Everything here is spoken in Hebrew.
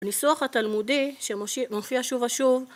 הניסוח התלמודי שמופיע שוב ושוב